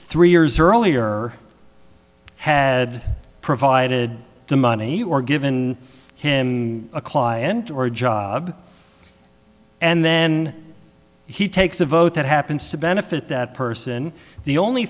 three years earlier had provided the money or given him a client or a job and then he takes a vote that happens to benefit that person the only